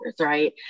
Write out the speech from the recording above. right